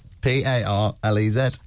P-A-R-L-E-Z